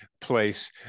place